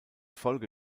folge